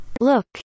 Look